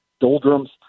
doldrums